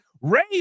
Ray